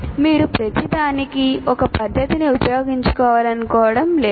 మీరు ప్రతిదానికీ ఒక పద్ధతిని ఉపయోగించాలనుకోవడం లేదు